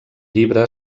llibre